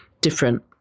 different